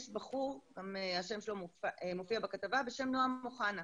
בכתבה מופיע שמו של בחור בשם נועם אוחנה.